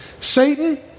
Satan